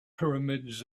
pyramids